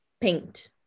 paint